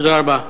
תודה רבה.